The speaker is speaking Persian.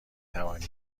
توانی